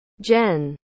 Jen